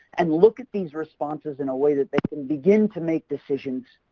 and look at these responses in a way that they can begin to make decisions